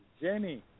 jenny